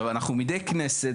מידי כנסת,